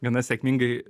gana sėkmingai